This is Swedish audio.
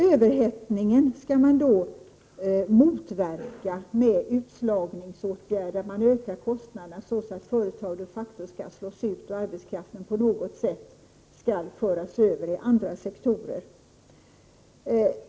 Överhettningen skall man då motverka med utslagsåtgärder: Man ökar kostnaderna så att företagen de facto skall slås ut och arbetskraften på något sätt skall föras över i andra sektorer.